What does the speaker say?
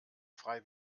frei